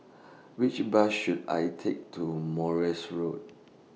Which Bus should I Take to Morse Road